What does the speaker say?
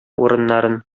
урыннарын